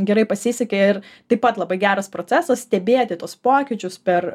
gerai pasisekė ir taip pat labai geras procesas stebėti tuos pokyčius per